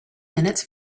minutes